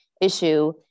issue